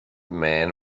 man